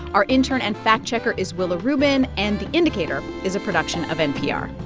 our intern and fact-checker is willa rubin. and the indicator is a production of npr